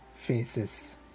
faces